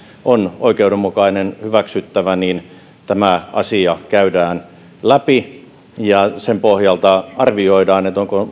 olisi oikeudenmukainen hyväksyttävä niin tämä asia käydään läpi ja sen pohjalta arvioidaan